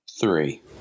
Three